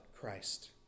Christ